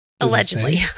Allegedly